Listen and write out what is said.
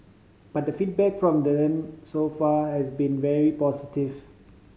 but the feedback from then so far has been very positive